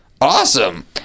awesome